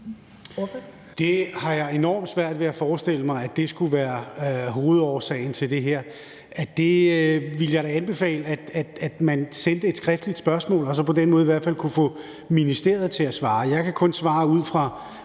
Det har jeg enormt svært ved at forestille mig skulle være hovedårsagen til det her. Jeg ville da anbefale, at man sendte et skriftligt spørgsmål og så på den måde kunne få ministeriet til at svare. Jeg kan kun svare ud fra,